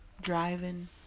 Driving